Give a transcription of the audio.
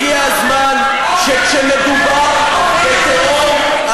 הגיע הזמן שכשמדובר בטרור,